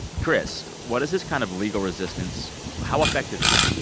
chris, what does this kind of legal resistance how effective is it?